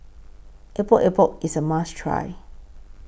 Epok Epok IS A must Try